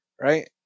right